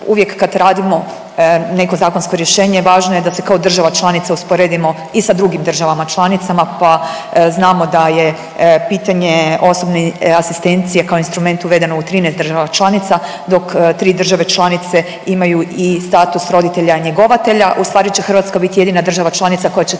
uvijek kad radimo neko zakonsko rješenje važno je da se kao država članica usporedimo i sa drugim državama članicama, pa znamo da je pitanje osobne asistencije kao instrument uveden u 13 država članica, dok 3 države članice imaju i status roditelja njegovatelja. Ustvari će Hrvatska biti jedina država članica koja će